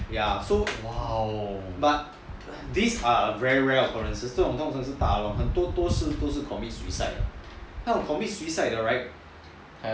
ya so these are very rare occurences 这种通常是大阿龙很多都是 commit suicide those commit suicide 的 right